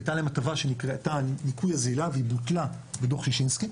הייתה להם הטבה שבוטלה בדו"ח שישינסקי,